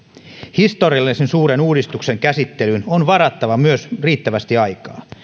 historiallisen suuren uudistuksen käsittelyyn on varattava myös riittävästi aikaa